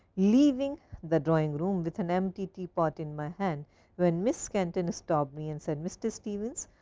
leaving the drawing room with an empty teapot in my hand when miss kenton stopped me and said, mr. stevens,